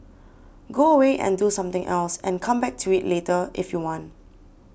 go away and do something else and come back to it later if you want